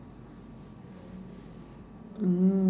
mm